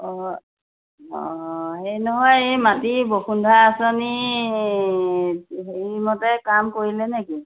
অঁ অঁ হেৰি নহয় এই মাটি বসুন্ধৰা আঁচনি হেৰিমতে কাম কৰিলে নেকি